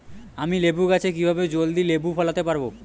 আমি লেবু গাছে কিভাবে জলদি লেবু ফলাতে পরাবো?